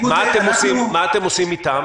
מה אתם עושים איתם?